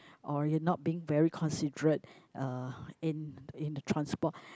or you're not being very considerate uh in in the transport